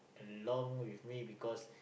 a long with me because